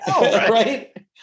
Right